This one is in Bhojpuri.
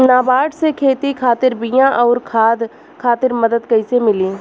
नाबार्ड से खेती खातिर बीया आउर खाद खातिर मदद कइसे मिली?